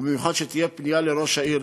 במיוחד שתהיה פנייה לראש העיר,